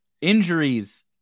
injuries